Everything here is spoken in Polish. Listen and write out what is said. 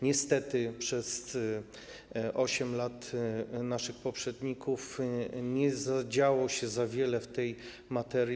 Niestety przez 8 lat u naszych poprzedników nie działo się za wiele w tej materii.